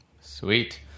Sweet